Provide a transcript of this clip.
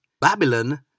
Babylon